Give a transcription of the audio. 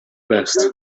best